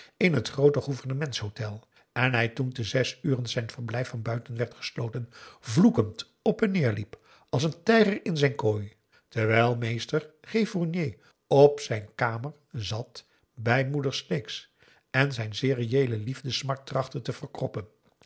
in het groote gouvernementshotel en hij toen te zes uren zijn verblijf van buiten werd gesloten vloekend op en neer liep als een tijger in zijn hok terwijl mr g fournier op zijn p a daum de van der lindens c s onder ps maurits kamer zat bij moeder sleeks en zijn zeer reëele liefdesmart trachtte te verkroppen